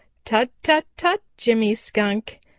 tut, tut, tut, jimmy skunk!